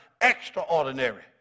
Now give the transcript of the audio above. extraordinary